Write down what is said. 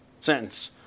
sentence